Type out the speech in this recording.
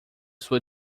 sua